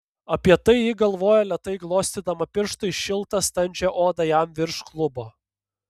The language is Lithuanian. apie tai ji galvojo lėtai glostydama pirštais šiltą standžią odą jam virš klubo